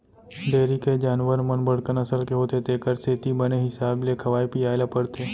dairy के जानवर मन बड़का नसल के होथे तेकर सेती बने हिसाब ले खवाए पियाय ल परथे